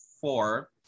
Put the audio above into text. four